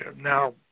Now